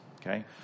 okay